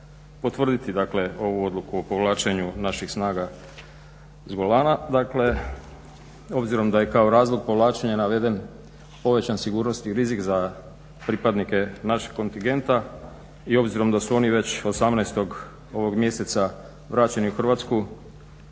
potvrditi, dakle ovu Odluku o povlačenju naših snaga sa Golana. Dakle, obzirom da je kao razlog povlačenja naveden povećan sigurnosni rizik za pripadnike naših kontingenta i obzirom da su oni već 18. ovog mjeseca vraćeni u Hrvatsku